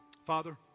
Father